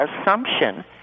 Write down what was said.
assumption